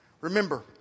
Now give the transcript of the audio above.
Remember